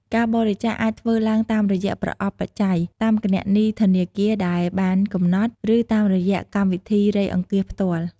ការបរិច្ចាគអាចធ្វើឡើងតាមរយៈប្រអប់បច្ច័យ តាមគណនីធនាគារដែលបានកំណត់ ឬតាមរយៈកម្មវិធីរៃអង្គាសផ្ទាល់។